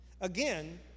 Again